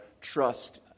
trust